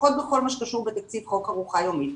לפחות בכל מה שקשור בתקציב חוק ארוחה יומית,